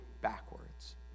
backwards